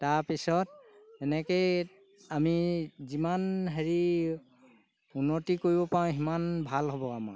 তাৰপিছত এনেকৈয়ে আমি যিমান হেৰি উন্নতি কৰিব পাৰোঁ সিমান ভাল হ'ব আমাৰ